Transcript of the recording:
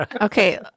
Okay